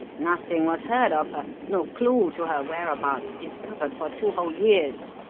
nothing was heard of her, no clue to her whereabouts discovered for two whole years.